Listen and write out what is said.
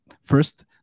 First